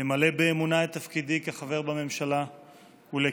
למלא באמונה את תפקידי כחבר הממשלה ולקיים